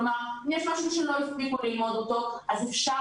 כלומר אם יש משהו שלא הספיקו ללמוד אותו אז אפשר